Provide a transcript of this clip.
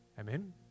Amen